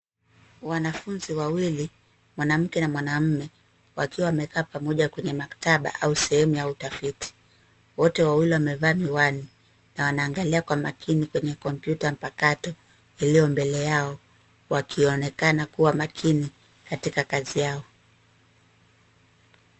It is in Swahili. Wanafunzi wawili, mwanamke na mwanamme wakiwa wamekaa pamoja kwenye maktaba au sehemu ya utafiti. Wote wawili wamevaa miwani na wanaangalia kwa makini kwenye kompyuta mpakato ilio mbele yao wakionekana kuwa makini katika kazi yao.